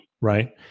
Right